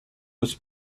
was